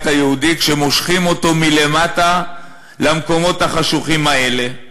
היהודי כשמושכים אותו מלמטה למקומות החשוכים האלה?